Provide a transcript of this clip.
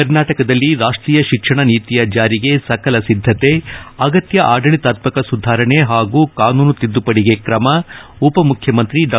ಕರ್ನಾಟಕದಲ್ಲಿ ರಾಷ್ಟೀಯ ಶಿಕ್ಷಣ ನೀತಿಯ ಜಾರಿಗೆ ಸಕಲ ಸಿದ್ದತೆ ಅಗತ್ಯ ಆದಳಿತಾತ್ಮಕ ಸುಧಾರಣೆ ಹಾಗೂ ಕಾನೂನು ತಿದ್ದುಪದಿಗೆ ಕ್ರಮ ಉಪ ಮುಖ್ಯಮಂತ್ರಿ ಡಾ